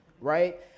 right